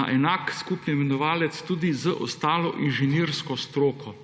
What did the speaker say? na enak skupni imenovalec tudi z ostalo inženirsko stroko.